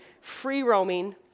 free-roaming